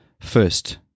first